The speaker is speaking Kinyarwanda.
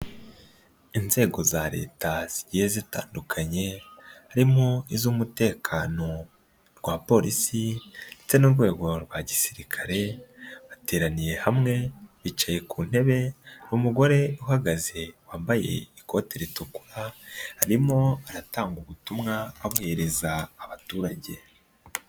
Inzego za leta zigiye zitandukanye, harimo iz'umutekano rwa polisi ndetse n'urwego rwa gisirikare, bateraniye hamwe, bicaye ku ntebe, umugore uhagaze, wambaye ikote ritukura, arimo aratanga ubutumwa, abuhereza abaturage.